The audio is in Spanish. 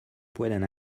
pueden